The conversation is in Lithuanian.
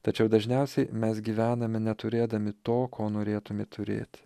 tačiau dažniausiai mes gyvename neturėdami to ko norėtume turėti